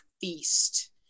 feast